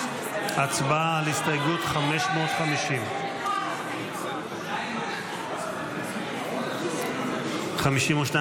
הצבעה על הסתייגות 550. הסתייגות 550 לא נתקבלה.